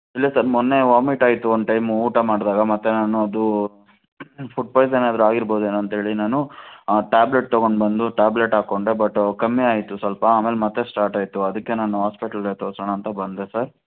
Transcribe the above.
ಇಲ್ಲ ಸರ್ ಮೊನ್ನೆ ವಾಮಿಟ್ ಆಯಿತು ಒಂದು ಟೈಮು ಊಟ ಮಾಡಿದಾಗ ಮತ್ತೆ ನಾನು ಅದು ಫುಡ್ ಪಾಯ್ಸನ್ ಆದ್ರೂ ಆಗಿರ್ಬೋದೇನೋ ಅಂತ ಹೇಳಿ ನಾನು ಟ್ಯಾಬ್ಲೆಟ್ ತಗೊಂಡುಬಂದು ಟ್ಯಾಬ್ಲೆಟ್ ಹಾಕೊಂಡೆ ಬಟು ಕಮ್ಮಿ ಆಯಿತು ಸ್ವಲ್ಪ ಆಮೇಲೆ ಮತ್ತೆ ಸ್ಟಾರ್ಟಾಯಿತು ಅದಕ್ಕೆ ನಾನು ಹಾಸ್ಪೆಟ್ಲಿಗೆ ತೋರಿಸೋಣ ಅಂತ ಬಂದೆ ಸರ್